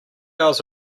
hours